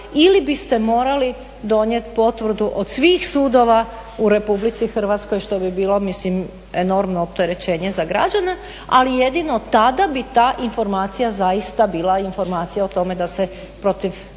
ili biste morali donijet potvrdu od svih sudova u Republici Hrvatskoj što bi bilo enormno opterećenje za građane, ali jedino tada bi ta informacija zaista bila informacija o tome da se protiv